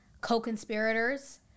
co-conspirators